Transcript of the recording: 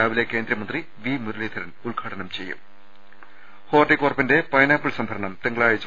രാവിലെ കേന്ദ്രമന്ത്രി വി മുരളീധരൻ ഉദ്ഘാടനം ചെയ്യും ഹോർട്ടികോർപ്പിന്റെ പൈനാപ്പിൾ സംഭരണം തിങ്കളാഴ്ച